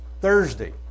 Thursday